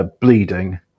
bleeding